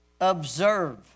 Observe